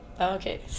Okay